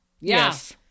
Yes